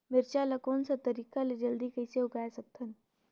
मिरचा ला कोन सा तरीका ले जल्दी कइसे उगाय सकथन?